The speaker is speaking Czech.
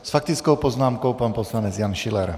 S faktickou poznámkou pan poslanec Jan Schiller.